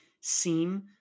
seem